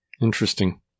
Interesting